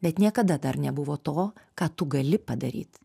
bet niekada dar nebuvo to ką tu gali padaryt